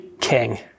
king